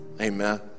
Amen